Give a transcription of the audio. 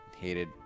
hated